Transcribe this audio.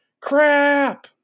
crap